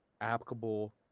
applicable